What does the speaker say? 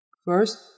First